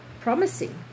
Promising